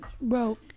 Bro